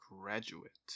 Graduate